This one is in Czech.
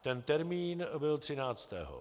Ten termín byl třináctého.